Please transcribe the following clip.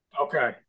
Okay